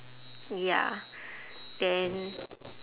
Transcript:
ya then